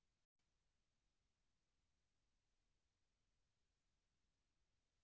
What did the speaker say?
ಸಾಲ ಮರುಪಾವತಿಯ ವಿವಿಧ ವಿಧಾನಗಳು ಯಾವ್ಯಾವುರಿ?